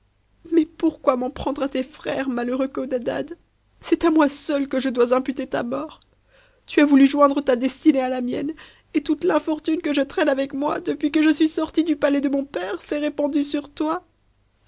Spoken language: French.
mais pourquoi m'en prendre à tes frères malheureux codadad c'est à moi seule que je dois imputer ta mort tu as voulu joindre ta destinée a la mienne et toute l'intbrtune que je traîne avec moi depuis que je suis sortie du palais de mon père s'est répandue sur toi